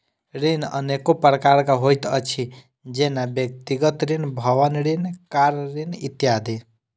ऋण अनेको प्रकारक होइत अछि, जेना व्यक्तिगत ऋण, भवन ऋण, कार ऋण इत्यादि